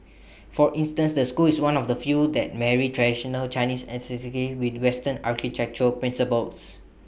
for instance the school is one of the few that married traditional Chinese aesthetics with western architectural principles